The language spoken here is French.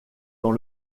dans